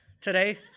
today